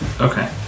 Okay